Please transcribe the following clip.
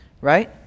Right